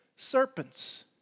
serpents